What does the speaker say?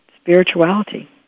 spirituality